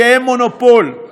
שהם מונופול,